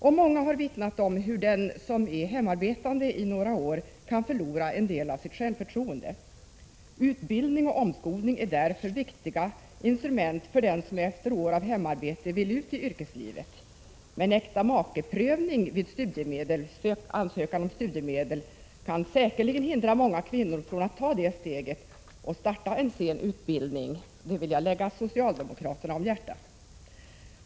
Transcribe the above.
Och många har vittnat om hur den som är hemarbetande i några år kan förlora en del av sitt självförtroende. Utbildning och omskolning är därför viktiga instrument för den som efter år av hemarbete vill ut i yrkeslivet. Äktamakeprövningen vid studiemedelsansökan kan dock säkerligen avhålla mången kvinna från att ta det steget och starta en sen utbildning. Detta vill jag lägga socialdemokraterna om hjärtat.